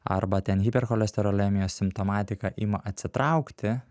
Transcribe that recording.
arba ten hipercholesterolemijos simptomatika ima atsitraukti